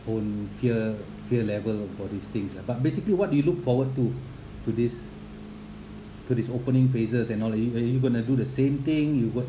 own fear fear level about these things ah but basically what you look forward to to this to this opening phases and all like you are you going to do the same thing you go